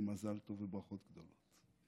ומזל טוב וברכות גדולות.